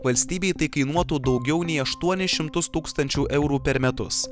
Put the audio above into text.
valstybei tai kainuotų daugiau nei aštuonis šimtus tūksančių eurų per metus